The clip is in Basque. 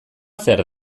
zer